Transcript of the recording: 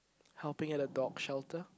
helping at a dog shelter